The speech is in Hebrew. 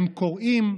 הם קוראים,